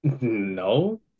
No